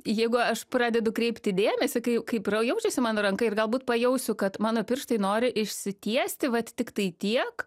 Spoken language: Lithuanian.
jeigu aš pradedu kreipti dėmesį kai jau kaip jaučiasi mano ranka ir galbūt pajausiu kad mano pirštai nori išsitiesti vat tiktai tiek